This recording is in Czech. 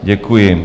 Děkuji.